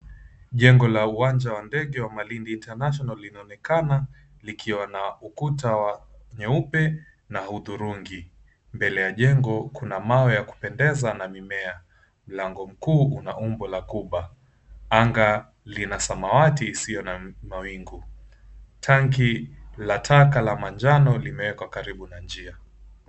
Jengo la uwanja wa ndege wa Malindi International linaonekana likiwa na ukuta nyeupe na udhurungi, mbele ya jengo kuna mawe ya kupendeza na mimea, lango kuu una umbo la kuba, anga lina samawati isiyo na mawingu tanki la taka la manjano limeekwa karibu na njia.